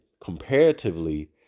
comparatively